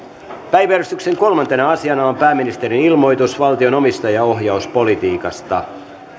päiväjärjestyksen kolmantena asiana on pääministerin ilmoitus valtion omistajaohjauspolitiikasta